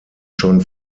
schon